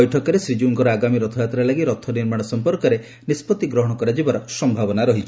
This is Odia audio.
ବୈଠକରେ ଶ୍ରୀଜୀଉଙ୍କର ଆଗାମୀ ରଥଯାତ୍ରା ଲାଗି ରଥ ନିର୍ମାଣ ସମ୍ମର୍କରେ ନିଷ୍ବଉି ଗ୍ରହଣ କରାଯିବାର ସ୍ୟାବନା ରହିଛି